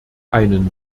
einen